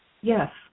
yes